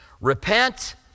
Repent